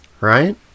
right